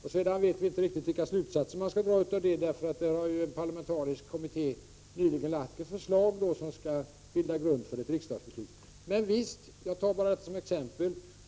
Vi vet ännu inte riktigt vilka slutsatser som skall dras. En parlamentarisk kommitté har nyligen lagt fram ett förslag, som skall bilda grund för ett riksdagsbeslut.